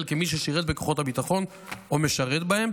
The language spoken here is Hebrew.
כמי ששירת בכוחות הביטחון או משרת בהם,